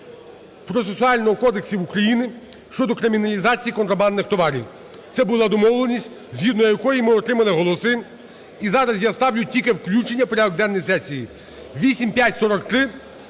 кодексу України щодо криміналізації контрабандних товарів. Це була домовленість, згідно якої ми отримали голоси. І зараз я ставлю тільки включення в порядок денний сесії 8543